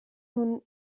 nhw